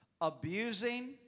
abusing